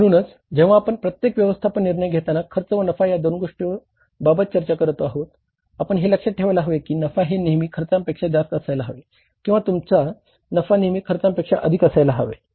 म्हणूनच जेव्हा आपण प्रत्येक व्यवस्थापन निर्णय घेताना खर्च व नफा या दोन गोष्टींबाबत चर्चा करत आहोत आपण हे लक्षात ठेवायला हवे की नफा हे नेहमी खर्चांपेक्षा जास्त असायला हेवे किंवा तुमचा नफा नेहमी खर्चांपेक्षा अधिक असला पाहिजे